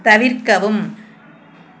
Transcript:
தவிர்க்கவும்